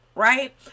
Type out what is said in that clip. right